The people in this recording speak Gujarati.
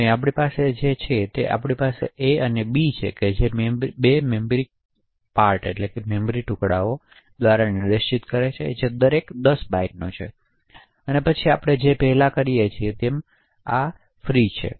તો અહીં આપણી પાસે જે છે તે છે કે આપણી પાસે a અને b છે જે બે મેમરી ટુકડાઓ દ્વારા નિર્દેશ કરે છે જે દરેક 10 બાઇટ્સનો હોય છે અને પછી આપણે પહેલા જે કરીએ છીએ તે આ છે